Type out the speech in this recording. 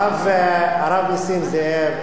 הרב נסים זאב,